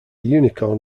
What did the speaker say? unicorn